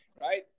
Right